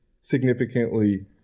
significantly